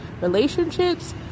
relationships